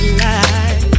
light